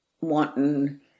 wanting